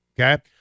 okay